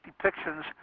depictions